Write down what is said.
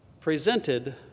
presented